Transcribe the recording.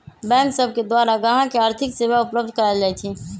bank सब के द्वारा गाहक के आर्थिक सेवा उपलब्ध कराएल जाइ छइ